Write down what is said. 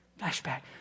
Flashback